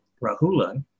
Rahula